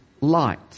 light